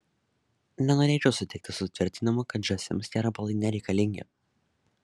nenorėčiau sutikti su tvirtinimu kad žąsims tie riebalai nereikalingi